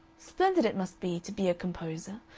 splendid it must be to be a composer.